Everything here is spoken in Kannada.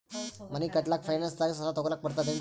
ಮನಿ ಕಟ್ಲಕ್ಕ ಫೈನಾನ್ಸ್ ದಾಗ ಸಾಲ ತೊಗೊಲಕ ಬರ್ತದೇನ್ರಿ?